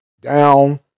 down